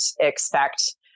expect